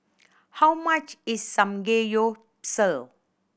how much is Samgeyopsal